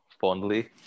fondly